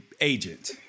agent